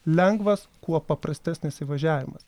lengvas kuo paprastesnis įvažiavimas